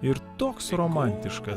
ir toks romantiškas